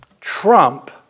trump